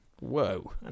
Whoa